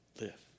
live